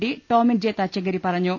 D Tomin J Thachankary പറഞ്ഞു